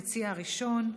המציע הראשון,